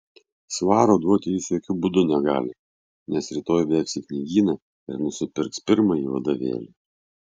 svaro duoti jis jokiu būdu negali nes rytoj bėgs į knygyną ir nusipirks pirmąjį vadovėlį